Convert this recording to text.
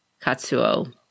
Katsuo